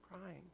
crying